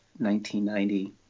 1990